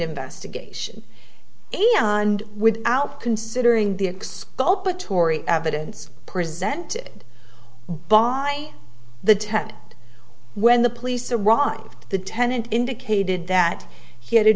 investigation and without considering the exculpatory evidence presented by the ted when the police arrived the tenant indicated that he had a